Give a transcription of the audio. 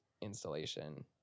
installation